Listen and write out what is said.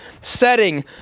setting